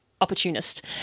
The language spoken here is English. opportunist